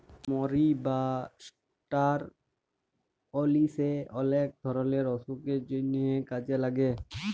মরি বা ষ্টার অলিশে অলেক ধরলের অসুখের জন্হে কাজে লাগে